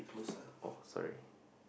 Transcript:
sorry